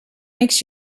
makes